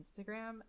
instagram